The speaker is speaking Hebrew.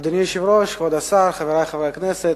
אדוני היושב-ראש, כבוד השר, חברי חברי הכנסת,